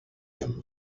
him